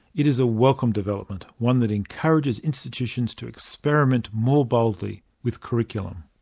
it is a welcome development, one that encourages institutions to experiment more boldly with curriculum.